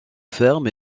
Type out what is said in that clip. ferme